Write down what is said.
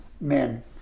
men